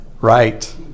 Right